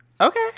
Okay